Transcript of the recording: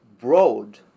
broad